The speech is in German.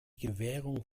gewährung